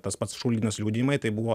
tas pats šulginas liudijimai tai buvo